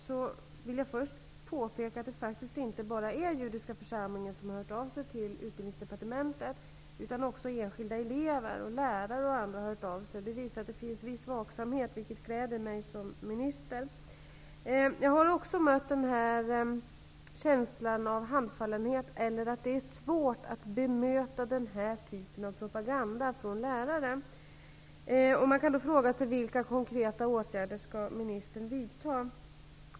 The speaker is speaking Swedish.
Jag vill först påpeka att det faktiskt inte bara är judiska församlingen som har hört av sig till Utbildningsdepartementet utan också enskilda elever, lärare och andra. Det visar att det finns en viss vaksamhet, vilket gläder mig som minister. Jag har också mött den här känslan av handfallenhet och att lärare finner att det är svårt att möta den här typen av propaganda. Man kan då fråga sig vilka konkreta åtgärder en minister skall vidta.